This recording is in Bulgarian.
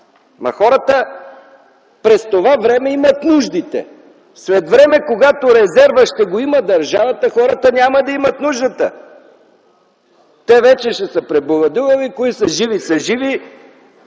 Хората през това време имат нуждите. След време, когато държавата ще има резерва, хората няма да имат нуждата. Те вече ще са преболедували. Които са живи, са живи,